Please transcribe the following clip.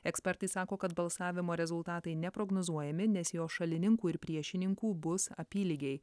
ekspertai sako kad balsavimo rezultatai neprognozuojami nes jos šalininkų ir priešininkų bus apylygiai